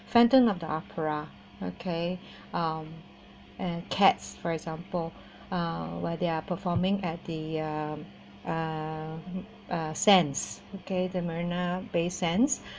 phantom of the opera okay um and cats for example uh where they are performing at the um uh uh sands okay the marina bay sands